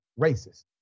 racist